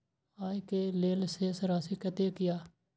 आय के लेल शेष राशि कतेक या?